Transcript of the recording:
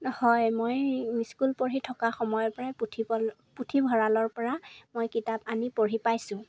হয় মই স্কুল পঢ়ি থকা সময়ৰপৰাই পুথি পুথিভঁৰালৰপৰা মই কিতাপ আনি পঢ়ি পাইছোঁ